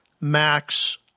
max